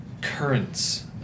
currents